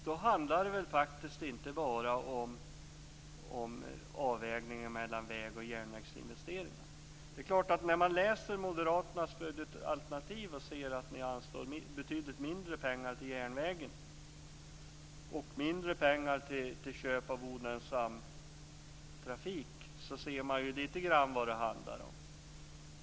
Då handlar det inte bara om avvägningen mellan väg och järnvägsinvesteringar. När man läser moderaternas budgetalternativ och ser att ni anslår betydligt mindre pengar till järnvägen och mindre pengar till köp av olönsam trafik ser man lite grann vad det handlar om.